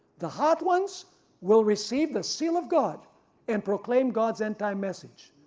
the hot ones will receive the seal of god and proclaim god's end-time message.